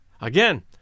Again